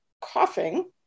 Coughing